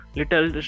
little